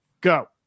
Go